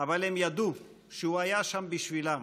אבל הם ידעו שהוא היה שם בשבילם